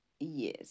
Yes